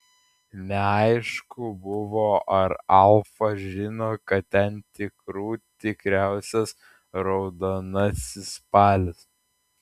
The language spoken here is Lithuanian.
neaišku buvo ar alfa žino kad ten tikrų tikriausias raudonasis spalis